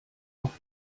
oft